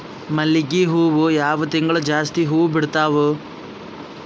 ಮಲ್ಲಿಗಿ ಹೂವು ಯಾವ ತಿಂಗಳು ಜಾಸ್ತಿ ಹೂವು ಬಿಡ್ತಾವು?